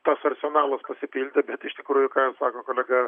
tas arsenalas pasipildė bet iš tikrųjų ką ir sako kolega